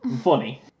funny